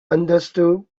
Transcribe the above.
understood